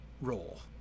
role